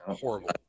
Horrible